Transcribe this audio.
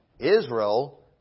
Israel